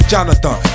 Jonathan